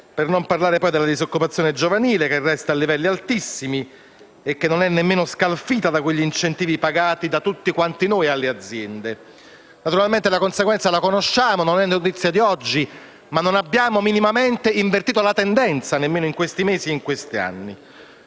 Per non parlare poi della disoccupazione giovanile, che resta a livelli altissimi e non è nemmeno scalfita da quegli incentivi pagati da tutti quanti noi alle aziende. Naturalmente, conosciamo la conseguenza, non è notizia di oggi e non abbiamo minimamente invertito la tendenza nemmeno negli ultimi mesi: